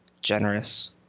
generous